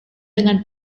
dengan